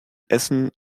essen